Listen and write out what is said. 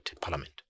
parliament